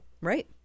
Right